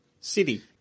City